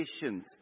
patience